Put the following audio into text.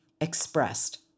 expressed